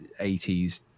80s